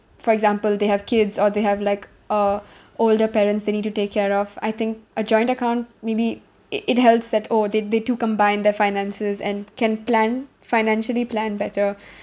for example they have kids or they have like uh older parents they need to take care of I think a joint account maybe it it helps that oh they they two combine the finances and can plan financially plan better